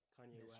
Kanye